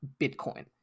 Bitcoin